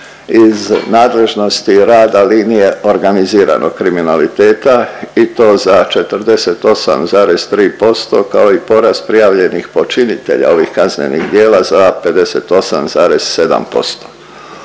iz nadležnosti rada linije organiziranog kriminaliteta i to za 48,3% kao i porast prijavljenih počinitelja ovih kaznenih djela za 58,7%.